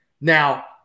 Now